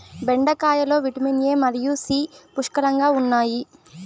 బెండకాయలో vitamin A మరియు C పుష్కలంగా ఉన్నాయి